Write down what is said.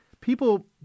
people